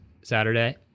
saturday